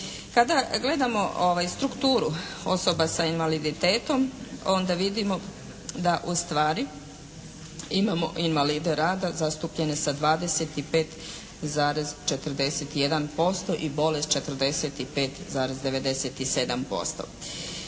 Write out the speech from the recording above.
Kada gledamo strukturu osoba s invaliditetom onda vidimo da ustvari imamo invalide rada zastupljene sa 25,41% i bolest 45,97%.